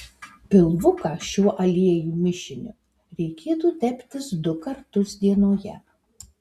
pilvuką šiuo aliejų mišiniu reikėtų teptis du kartus dienoje